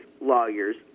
lawyers